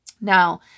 Now